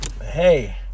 hey